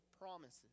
promises